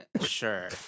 Sure